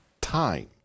time